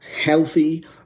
healthy